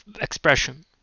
expression